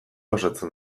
osatzen